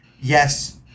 yes